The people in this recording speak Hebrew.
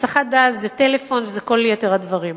הסחת דעת זה טלפון וזה כל יתר הדברים.